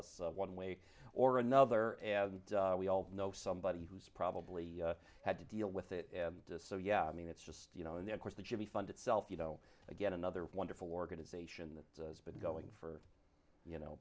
us one way or another and we all know somebody who's probably had to deal with it just so yeah i mean it's just you know in the course the jimmy fund itself you know again another wonderful organization that has been going for you know